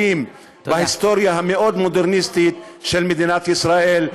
בהיסטוריה המאוד-מודרנית של מדינת ישראל,